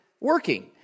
working